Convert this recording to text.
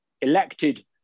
elected